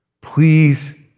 Please